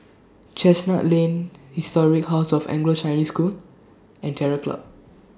Chestnut Lane Historic House of Anglo Chinese School and Terror Club